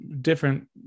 different